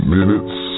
Minutes